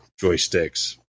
joysticks